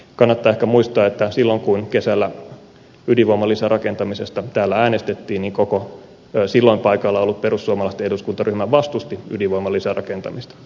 kannattaa ehkä muistaa että kun kesällä ydinvoiman lisärakentamisesta täällä äänestettiin niin koko silloin paikalla ollut perussuomalaisten eduskuntaryhmä vastusti ydinvoiman lisärakentamista